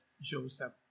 Joseph